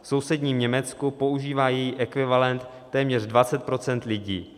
V sousedním Německu používá její ekvivalent téměř 20 % lidí.